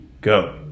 go